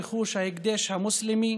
רכוש ההקדש המוסלמי